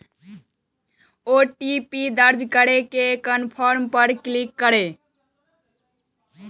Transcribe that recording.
OTP दर्ज करै के कंफर्म पर क्लिक करू